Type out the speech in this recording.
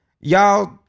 y'all